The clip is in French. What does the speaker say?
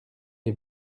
est